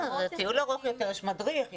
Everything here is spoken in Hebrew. לטיול ארוך יותר יש מדריך.